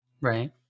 right